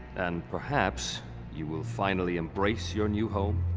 and perhaps you will finally embrace your new home,